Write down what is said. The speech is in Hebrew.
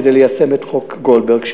כדי ליישם את חוק גולדברג,